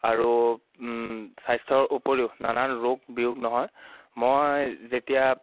আৰু স্বাস্থ্যৰ উপৰিও নানান ৰোগ বিয়োগ নহয় মই যেতিয়া